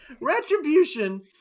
Retribution